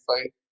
fight